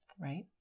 right